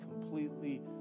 completely